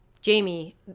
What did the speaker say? Jamie